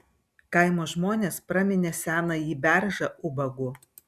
kaimo žmonės praminė senąjį beržą ubagu